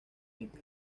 inca